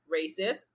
racist